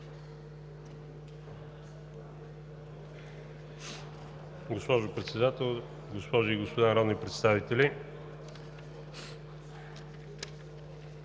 Госпожо Председател, госпожи и господа народни представители!